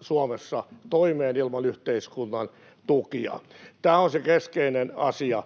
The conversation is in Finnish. Suomessa toimeen ilman yhteiskunnan tukia. Tämä on se keskeinen asia.